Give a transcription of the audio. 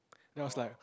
that was like